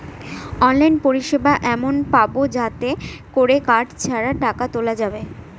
online পরিষেবা এমন পাবো যাতে করে কার্ড ছাড়া টাকা তোলা যাবে